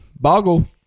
Boggle